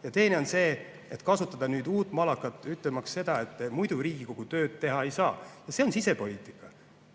Ja teine on see, et kasutada nüüd uut malakat ütlemaks seda, et muidu Riigikogu tööd teha ei saa. Ja see on sisepoliitika,